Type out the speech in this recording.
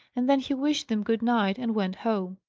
and then he wished them good night and went home.